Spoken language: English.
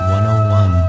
101